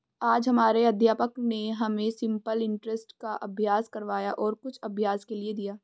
आज हमारे अध्यापक ने हमें सिंपल इंटरेस्ट का अभ्यास करवाया और कुछ अभ्यास के लिए दिया